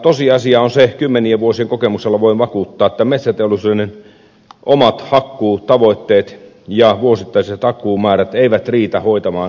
tosiasia on se kymmenien vuosien kokemuksella voin vakuuttaa että metsäteollisuuden omat hakkuutavoitteet ja vuosittaiset hakkuumäärät eivät riitä hoitamaan ensiharvennusrästejä pois